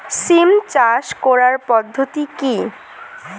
সিম চাষ করার পদ্ধতি কী?